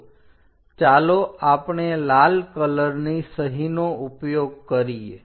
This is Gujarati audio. તો ચાલો આપણે લાલ કલરની સહીનો ઉપયોગ કરીએ